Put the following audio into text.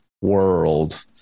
world